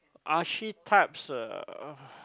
archetypes uh